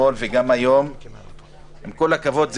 אני אומר לכם שזאת ההזדמנות האחרונה.